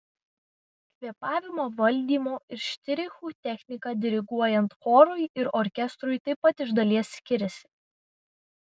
kvėpavimo valdymo ir štrichų technika diriguojant chorui ir orkestrui taip pat iš dalies skiriasi